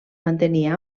mantenir